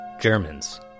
Germans